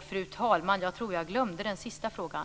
Fru talman! Jag tror jag glömde den sista frågan.